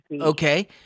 Okay